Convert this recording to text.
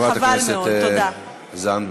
חברת הכנסת זנדברג.